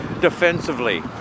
defensively